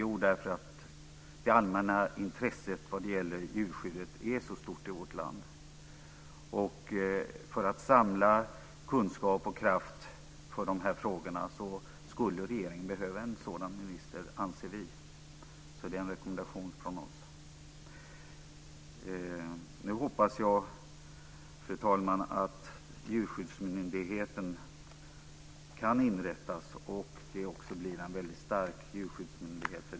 Jo, därför att det allmänna intresset vad gäller djurskyddet är så stort i vårt land. För att samla kunskap och kraft för dessa frågor skulle regeringen behöva en sådan minister, anser vi. Det är en rekommendation från oss. Fru talman! Jag hoppas att djurskyddsmyndigheten kan inrättas och att det blir en stark djurskyddsmyndighet.